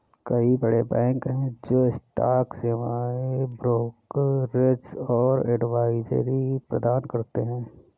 कई बड़े बैंक हैं जो स्टॉक सेवाएं, ब्रोकरेज और एडवाइजरी प्रदान करते हैं